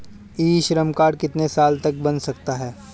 ई Shram card कितने साल तक बन सकता है?